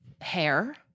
Hair